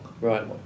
Right